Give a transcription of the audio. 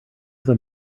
them